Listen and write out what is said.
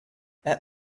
add